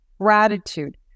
gratitude